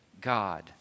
God